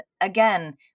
again